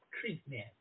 treatment